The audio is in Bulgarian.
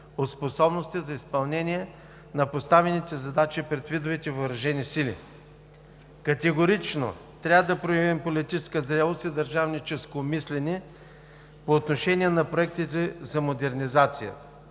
от способности за изпълнение на поставените задачи пред видовете въоръжени сили. Категорично трябва да проявим политическа зрялост и държавническо мислене по отношение на проектите за модернизация.